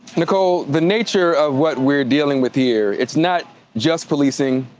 nicole, the nature of what we're dealing with here, it's not just policing.